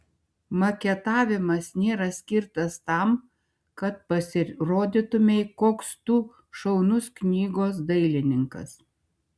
maketavimas nėra skirtas tam kad pasirodytumei koks tu šaunus knygos dailininkas